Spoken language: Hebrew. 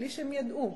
בלי שהם ידעו.